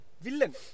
Villain